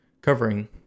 covering